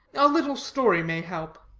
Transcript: a little story may help.